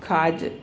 खाज